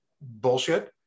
bullshit